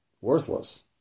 worthless